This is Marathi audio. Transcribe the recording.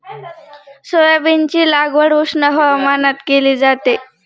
सोयाबीनची लागवड उष्ण हवामानात केली जाते